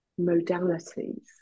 modalities